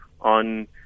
on